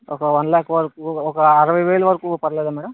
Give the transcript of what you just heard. ఒక వన్ లాక్ వరుకు ఒక అరవై వేలు వరుకు పర్లేదా మేడం